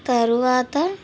తరువాత